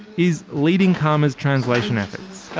is leading caama's translation efforts.